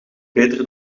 beter